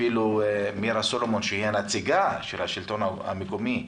אפילו מירה סלומון, שהיא הנציגה של השלטון המקומי,